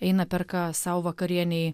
eina perka sau vakarienei